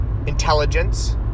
intelligence